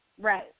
right